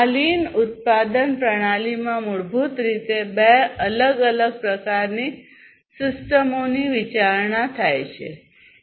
આ લીન ઉત્પાદન પ્રણાલીમાં મૂળભૂત રીતે બે અલગ અલગ પ્રકારની સિસ્ટમોની વિચારણા છે